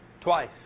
twice